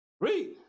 Read